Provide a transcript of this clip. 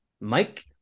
Mike